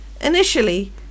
Initially